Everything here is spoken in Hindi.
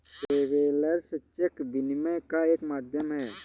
ट्रैवेलर्स चेक विनिमय का एक माध्यम है